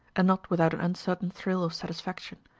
and not without an uncertain thrill of satisfaction.